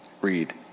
read